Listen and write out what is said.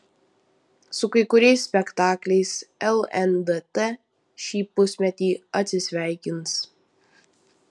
su kai kuriais spektakliais lndt šį pusmetį atsisveikins